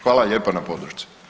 Hvala lijepo na podršci.